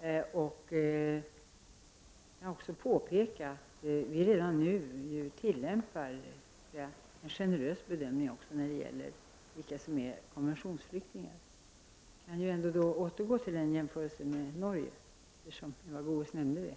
Jag kan också påpeka att vi redan nu tillämpar en generös bedömning också när det gäller vilka som är konventionsflyktingar. Vi kan ju återgå till jämförelsen med Norge, eftersom Eva Goöés nämnde det